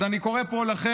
אז אני קורא לכם,